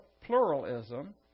pluralism